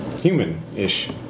Human-ish